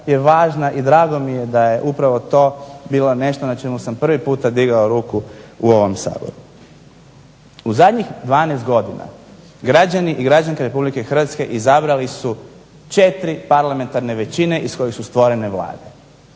je važna i drago mi je da je upravo to bilo nešto na čemu sam prvi puta digao ruku u ovom Saboru. U zadnjih 12 godina građani i građanke Republike Hrvatske izabrali su 4 parlamentarne većine iz kojih su stvorene vlade.